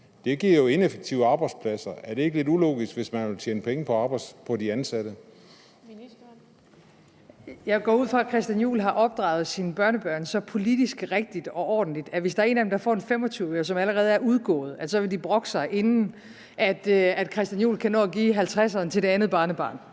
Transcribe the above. J. Klint): Ministeren. Kl. 14:57 Beskæftigelsesministeren (Mette Frederiksen): Jeg går ud fra, at hr. Christian Juhl har opdraget sine børnebørn så politisk rigtigt og ordentligt, at hvis der er en af dem, der får en 25-øre, som allerede er udgået, så vil de brokke sig, inden hr. Christian Juhl kan nå at give halvtredseren til det andet barnebarn.